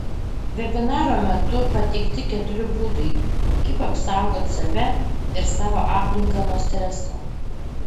vebinaro metu pateikti keturi būdai kaip apsaugot save ir savo aplinką nuo streso